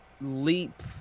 Leap